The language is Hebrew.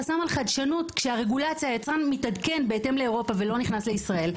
חסם על חדשנות כשרגולציית היצרן מתעדכן בהתאם לאירופה ולא נכנס לישראל,